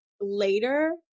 later